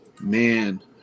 Man